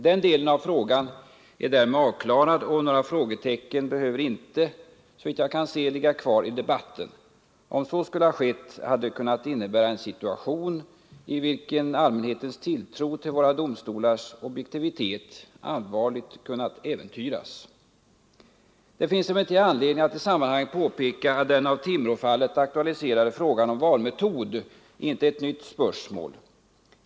Den delen av frågan är därmed avklarad, och några frågetecken behöver såvitt jag kan se inte ligga kvar i debatten. Om så hade varit fallet, hade allmänhetens tilltro till våra domstolars objektivitet allvarligt kunnat äventyras. Det finns emellertid anledning att i sammanhanget påpeka att den av Timråfallet aktualiserade frågan om valmetod inte är ett nytt spörsmål.